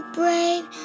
brave